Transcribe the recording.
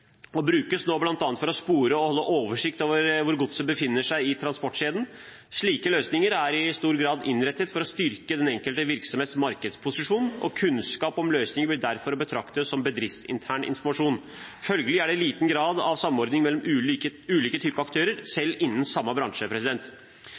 og brukes nå bl.a. for å spore og holde oversikt over hvor godset befinner seg i transportkjeden. Slike løsninger er i stor grad innrettet for å styrke den enkelte virksomhets markedsposisjon, og kunnskap om løsningen blir derfor å betrakte som bedriftsintern informasjon. Følgelig er det liten grad av samordning mellom ulike type aktører, selv innen samme bransje.